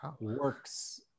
works